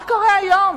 מה קורה היום?